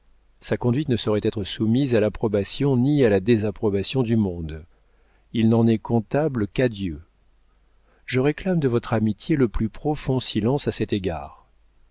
sa conduite ne saurait être soumise à l'approbation ni à la désapprobation du monde il n'en est comptable qu'à dieu je réclame de votre amitié le plus profond silence à cet égard